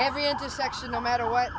every intersection no matter what